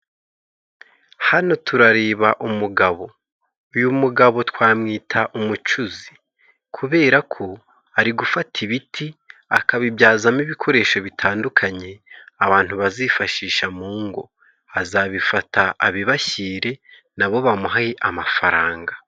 Hano turareba umugabo. Uyu mugabo twamwita umucuzi kubera ko ari gufata ibiti akabibyazamo ibikoresho bitandukanye abantu bazifashisha mu ngo. Azabifata abibashyire nabo bamuhaye amafaranga.